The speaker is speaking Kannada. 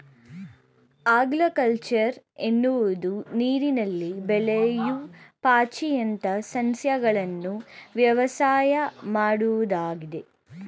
ಆಲ್ಗಕಲ್ಚರ್ ಎನ್ನುವುದು ನೀರಿನಲ್ಲಿ ಬೆಳೆಯೂ ಪಾಚಿಯಂತ ಸಸ್ಯಗಳನ್ನು ವ್ಯವಸಾಯ ಮಾಡುವುದಾಗಿದೆ